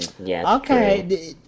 okay